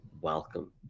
welcome